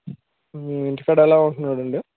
ఇంటికాడ ఎలా ఉంటున్నాడండీ